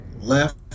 left